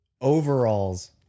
overalls